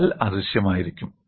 വിള്ളൽ അദൃശ്യമായിരിക്കും